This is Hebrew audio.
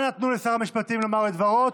אנא תנו לשר המשפטים לומר את דברו.